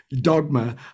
dogma